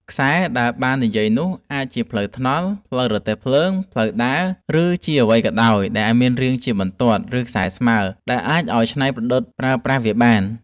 ខ្សែ ដែលបាននិយាយនោះ អាចជាផ្លូវថ្នល់ ផ្លូវរទេះភ្លើង ផ្លូវដើរ ឬជាអ្វីក៏ដោយ ដែលមានរាងជាបន្ទាត់ ឬខ្សែស្មើរ ដែលអាចឱ្យច្នៃប្រឌិតប្រើប្រាស់វាបាន។